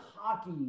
hockey